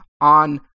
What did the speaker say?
on